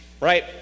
right